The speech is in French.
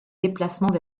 déplacements